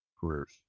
careers